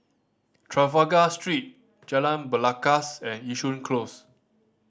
Trafalgar Street Jalan Belangkas and Yishun Close